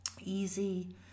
easy